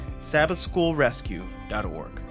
SabbathSchoolRescue.org